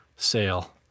sale